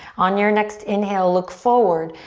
on your next inhale, look forward.